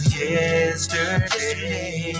yesterday